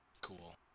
Cool